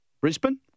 Brisbane